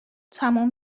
تموم